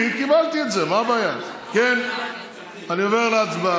אני רוצה להתמקד